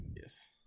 Yes